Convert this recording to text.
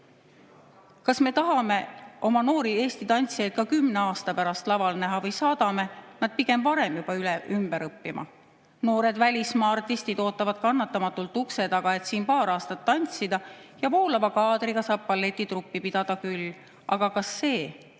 Kas me tahame oma noori Eesti tantsijaid ka kümne aasta pärast laval näha või saadame nad pigem varem juba ümber õppima? Noored välismaa artistid ootavad kannatamatult ukse taga, et siin paar aastat tantsida, ja voolava kaadriga saab balletitruppi pidada küll, aga kas see